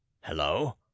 hello